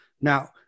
Now